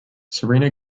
serena